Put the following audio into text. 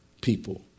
people